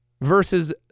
versus